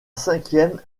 cinquième